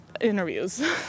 interviews